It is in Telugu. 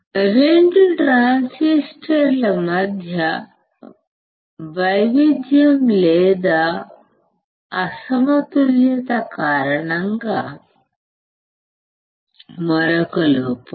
రెండు ట్రాన్సిస్టర్ల మధ్య వైవిధ్యం లేదా అసమతుల్యత కారణంగా మరొక లోపం